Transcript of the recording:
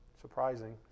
surprising